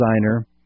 designer